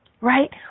right